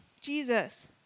Jesus